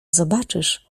zobaczysz